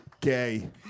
gay